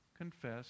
confess